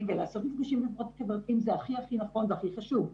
ולעשות מפגשים חברתיים זה הכי נכון והכי חשוב,